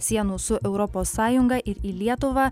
sienų su europos sąjunga ir į lietuvą